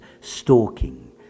stalking